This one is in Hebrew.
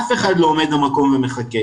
אף אחד לא עומד במקום ומחכה.